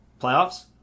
playoffs